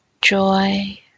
joy